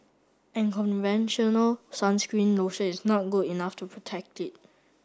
and conventional sunscreen lotion is not good enough to protect it